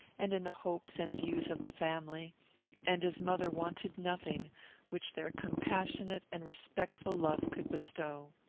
and in the hopes and views of the family and his mother wanted nothing which their compassionate and respectful love could bestow.